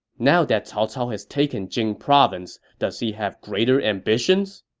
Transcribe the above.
now that cao cao has taken jing province, does he have greater ambitions?